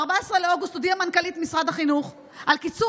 ב-14 באוגוסט הודיעה מנכ"לית משרד החינוך על קיצור